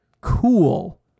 cool